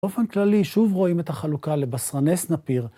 באופן כללי שוב רואים את החלוקה לבשרני סנפיר.